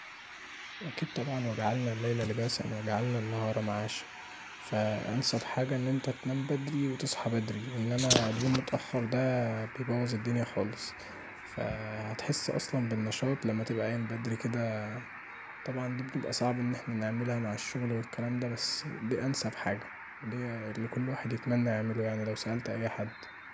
أكيد طبعا وجعلنا الليل لباسا وجعلنا النهار معاشا، فأنسب حاجه ان انت تنام بدري وتصحي بدري انما النوم متأخر دا بيبوظ الدنيا خالص، فهتحس بالنشاط لما تبقي قايم بدري كدا، طبعا دي بتبقي صعب ان احنا نعملها مع الشغل والكلام دا بس دي انسب حاجه، دي لكل واحد يتمني يعمله لو سألت اي حد.